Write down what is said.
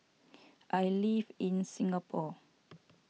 I live in Singapore